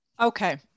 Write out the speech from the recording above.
Okay